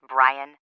Brian